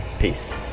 Peace